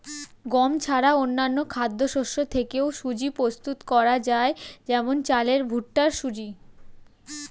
গম ছাড়া অন্যান্য খাদ্যশস্য থেকেও সুজি প্রস্তুত করা যায় যেমন চালের ভুট্টার সুজি